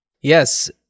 yes